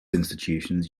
institutions